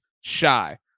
shy